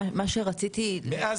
מאז